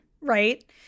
Right